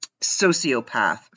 sociopath